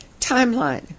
Timeline